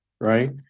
right